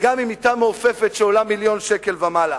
וגם אם מיטה מעופפת שעולה מיליון שקל ומעלה.